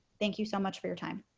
thank you so much for your time.